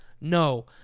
no